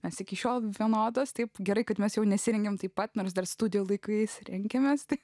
nes iki šiol vienodos taip gerai kad mes jau nesirengėme taip pat nors dar studijų laikais rengiamės tai